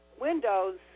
windows